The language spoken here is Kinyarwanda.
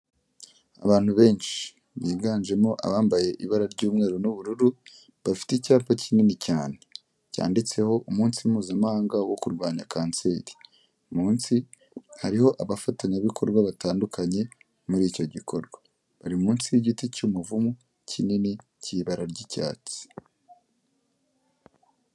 Abantu benshi. Biganjemo abambaye ibara ry'umweru n'ubururu, bafite icyapa kinini cyane. Cyanditseho umunsi Mpuzamahanga wo kurwanya kanseri. Munsi hariho abafatanyabikorwa batandukanye muri icyo gikorwa. Bari munsi y'igiti cy'umuvumu kinini cy'ibara ry'icyatsi.